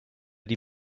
die